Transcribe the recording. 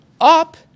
up